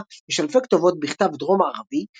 סבא יש אלפי כתובות בכתב דרום ערבי,